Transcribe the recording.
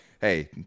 hey